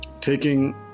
taking